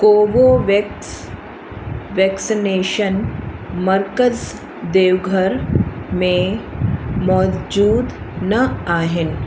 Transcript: Covovax vaccination मर्कज़ देवघर में मौजूद न आहिनि